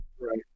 right